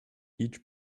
each